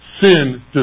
Sin